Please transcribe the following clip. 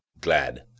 glad